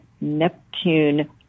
Neptune